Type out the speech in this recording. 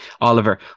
Oliver